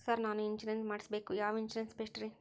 Sir ನಾನು insurance ಮಾಡಿಸಬೇಕು ಯಾವ ಇನ್ಶೂರೆನ್ಸ್ ಬೆಸ್ಟ್ರಿ?